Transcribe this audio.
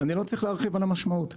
אני לא צריך להרחיב על המשמעות שלה.